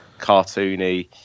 cartoony